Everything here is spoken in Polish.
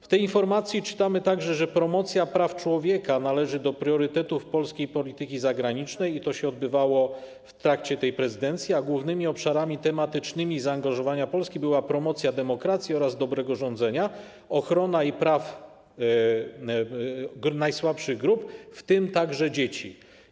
W tej informacji czytamy także, że promocja praw człowieka należy do priorytetów polskiej polityki zagranicznej i że to się odbywało w trakcie tej prezydencji, a głównymi obszarami tematycznymi, jeśli chodzi o zaangażowanie Polski, była promocja demokracji oraz dobrego rządzenia, ochrona praw najsłabszych grup, w tym także dzieci.